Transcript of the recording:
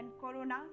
Corona